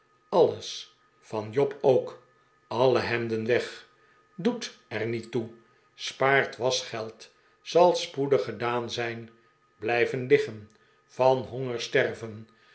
alles van job ook alle hemden weg doet er niet toe spaart waschgeld zal spoedig gedaan zijn blijven liggen van honger sterven